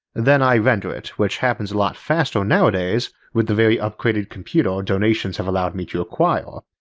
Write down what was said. then i render it, which happens a lot faster nowadays with the very upgraded computer donations have allowed me to acquire.